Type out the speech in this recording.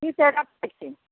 ठीक छै रखैत छी